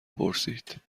پرسید